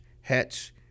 hats